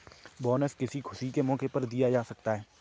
bonus किसी खुशी के मौके पर दिया जा सकता है